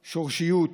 שורשיות.